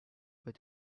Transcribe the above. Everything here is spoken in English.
but